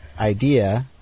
idea